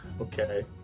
okay